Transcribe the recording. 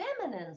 feminine